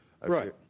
Right